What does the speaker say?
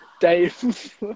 Dave